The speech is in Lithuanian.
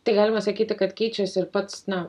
tai galima sakyti kad keičiasi ir pats na